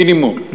מינימום.